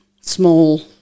small